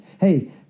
hey